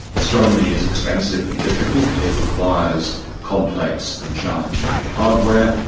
astronomy is expensive and difficult, it requires complex and challenging hardware,